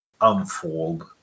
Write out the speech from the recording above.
unfold